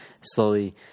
slowly